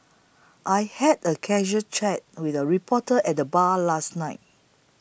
I had a casual chat with a reporter at the bar last night